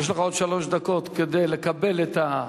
יש לך עוד שלוש דקות כדי לקבל את ההצעה.